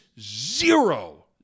zero